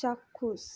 চাক্ষুষ